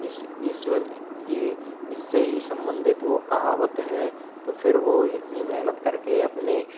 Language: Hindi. इस इस ये इस से ही संबंधित वो कहावत है तो फिर वो इतनी मेहनत कर के अपने